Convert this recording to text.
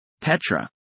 Petra